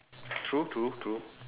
true true true